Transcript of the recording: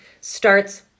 starts